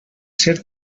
ser